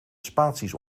spaties